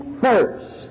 first